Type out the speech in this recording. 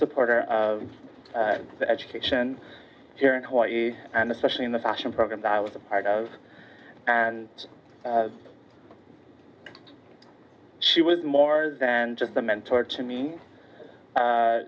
supporter of education here in hawaii and especially in the fashion program that i was a part of and she was more than just a mentor to me